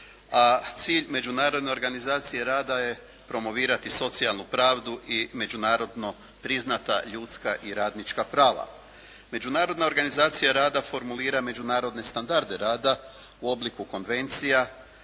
A cilj Međunarodne organizacije rada je promovirati socijalnu pravdu i međunarodno priznata ljudska i radnička prava. Međunarodna organizacija rada formulira međunarodne standarde rada u obliku konvencija